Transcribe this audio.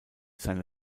seine